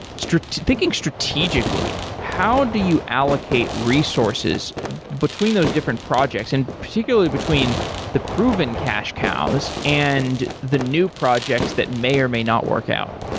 thinking strategically, how do you allocate resources between those different projects and particularly between the proven cash cows and the new projects that may or may not work out?